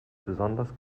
besonders